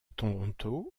toronto